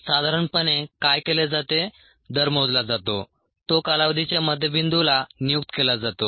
साधारणपणे काय केले जाते दर मोजला जातो तो कालावधीच्या मध्य बिंदूला नियुक्त केला जातो